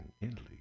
Italy